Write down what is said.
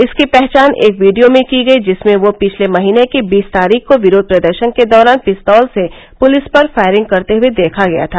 इसकी पहचान एक वीडियो में की गई जिसमें वह पिछले महीने की बीस तारीख को विरोध प्रदर्शन के दौरान पिस्तौल से पुलिस पर फायरिंग करते हुए देखा गया था